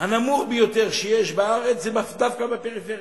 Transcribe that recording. הנמוך ביותר בארץ הוא דווקא בפריפריה,